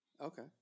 Okay